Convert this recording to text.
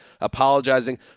apologizing